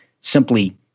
simply